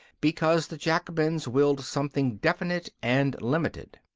because the jacobins willed something definite and limited.